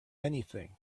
anything